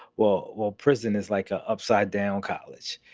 well, while prison is like a upside down college,